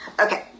Okay